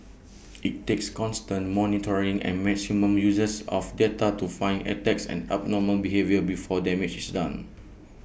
IT takes constant monitoring and maximum uses of data to find attacks and abnormal behaviour before damage is done